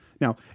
Now